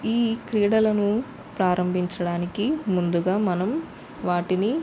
ఈ క్రీడలను ప్రారంభించడానికి ముందుగా మనం వాటిని